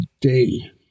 day